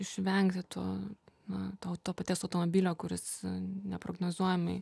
išvengti to na tau to paties automobilio kuris neprognozuojamai